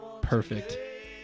perfect